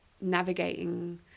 navigating